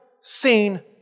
seen